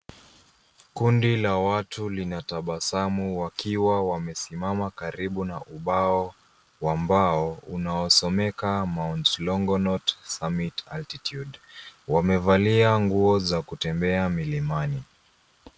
Kundi la watu linatabasumu wakiwa wamesimama karibu na ubao wa mbao unasomeka Mount Longonot summit altitude . Wamevalia nguo za kutembea milima.